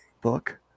book